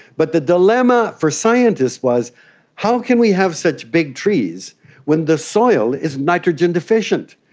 but the dilemma for scientists was how can we have such big trees when the soil is nitrogen deficient?